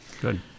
Good